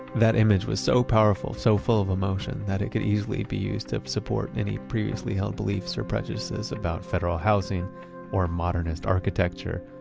that image was so powerful, so full of emotion, that it could easily be used to support any previously-held beliefs or prejudices about federal housing or modernist architecture.